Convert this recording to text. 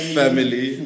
family